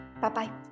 Bye-bye